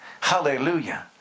Hallelujah